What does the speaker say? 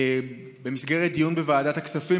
במסגרת דיון בוועדת הכספים,